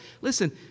listen